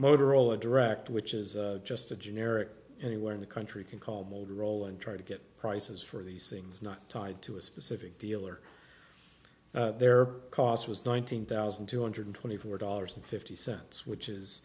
motorola direct which is just a generic anywhere in the country can call my old role and try to get prices for these things not tied to a specific dealer their cost was nineteen thousand two hundred twenty four dollars and fifty cents which is